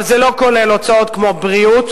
אבל זה לא כולל הוצאות כמו בריאות,